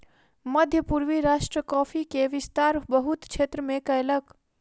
मध्य पूर्वी राष्ट्र कॉफ़ी के विस्तार बहुत क्षेत्र में कयलक